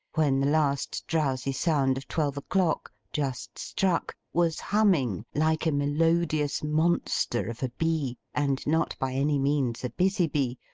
when the last drowsy sound of twelve o'clock, just struck, was humming like a melodious monster of a bee, and not by any means a busy bee,